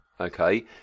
okay